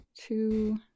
Two